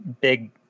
big